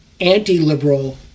anti-liberal